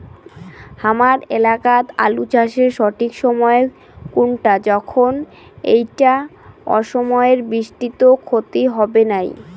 হামার এলাকাত আলু চাষের সঠিক সময় কুনটা যখন এইটা অসময়ের বৃষ্টিত ক্ষতি হবে নাই?